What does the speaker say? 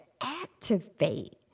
activate